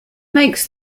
makes